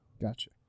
Gotcha